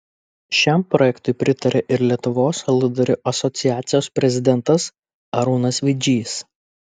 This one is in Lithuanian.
šiam projektui pritaria ir lietuvos aludarių asociacijos prezidentas arūnas vidžys